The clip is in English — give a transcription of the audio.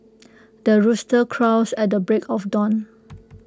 the rooster crows at the break of dawn